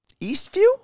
Eastview